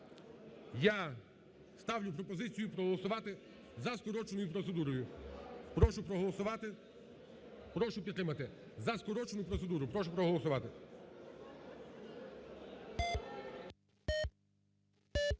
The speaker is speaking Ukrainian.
я ставлю пропозицію проголосувати за скороченою процедурою. Прошу проголосувати, прошу підтримати за скорочену процедуру. Прошу проголосувати.